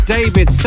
David